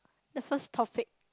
the first topic